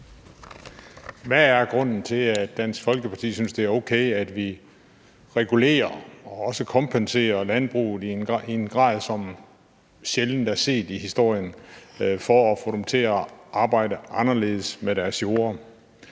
Hvad er grunden til, at Dansk Folkeparti synes, at det er okay, at vi regulerer og også kompenserer landbruget i en grad, som sjældent er set i historien, for at få dem til at arbejde anderledes med deres jorder,